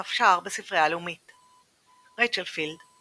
דף שער בספרייה הלאומית רייצ'ל פילד,